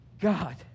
God